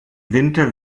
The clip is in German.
winter